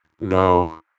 No